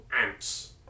ants